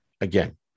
Again